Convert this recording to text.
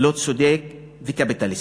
לא צודק וקפיטליסטי.